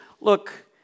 Look